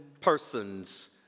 persons